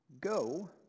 go